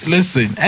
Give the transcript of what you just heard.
Listen